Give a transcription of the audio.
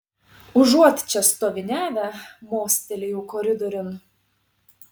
užuot čia stoviniavę mostelėjau koridoriun